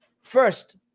First